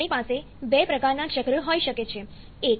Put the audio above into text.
આપણી પાસે 2 પ્રકારના ચક્ર હોઈ શકે છે 1